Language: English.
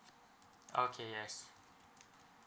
okay yes